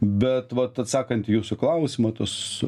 bet vat atsakant į jūsų klausimą tuos